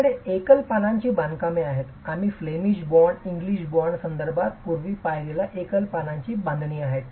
आपल्याकडे एकल पानांची बांधकामे आहेत आम्ही फ्लेमिश बॉन्ड इंग्लिश बॉण्ड संदर्भात पूर्वी पाहिलेल्या एकल पानांची बांधणी आहे